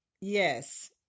yes